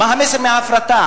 מה המסר מההפרטה?